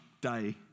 day